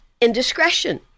indiscretion